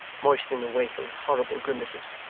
moistening a wafer with horrible grimaces.